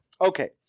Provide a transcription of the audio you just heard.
Okay